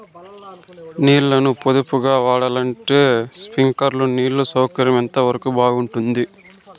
నీళ్ళ ని పొదుపుగా వాడాలంటే స్ప్రింక్లర్లు నీళ్లు సౌకర్యం ఎంతవరకు బాగుంటుంది?